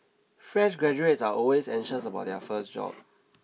fresh graduates are always anxious about their first job